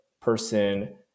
person